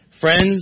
Friends